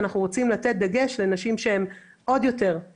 אנחנו רוצים לשים דגש על נשים שיש להם חסם